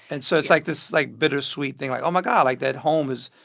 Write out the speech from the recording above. and so it's like this, like, bittersweet thing, like, oh, my god, like, that home is,